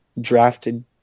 drafted